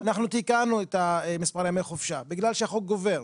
אנחנו תיקנו את מספר ימי החופשה, בגלל שהחוק גובר.